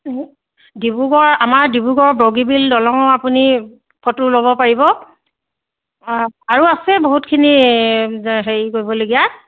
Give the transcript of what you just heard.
ডিব্ৰুগড় আমাৰ ডিব্ৰুগড়ৰ বগীবিল দলঙো আপুনি ফটো ল'ব পাৰিব আৰু আছে বহুতখিনি জ হেৰি কৰিবলগীয়া